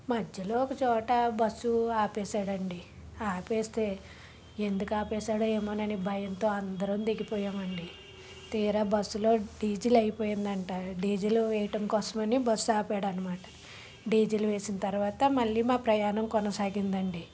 మధ్యలో ఒకచోట బస్సు ఆపేసాడండి ఆపేస్తే ఎందుకు ఆపేసాడో ఏమో అని భయంతో అందరం దిగిపోయామండి తీరా బస్సులో డీజిల్ అయిపోయిందంట డీజిల్ వేయటం కోసమని బస్సు ఆపడనమాట డీజిల్ వేసిన తర్వాత మళ్ళీ మా ప్రయాణం కొనసాగిందండి